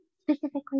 specifically